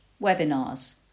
webinars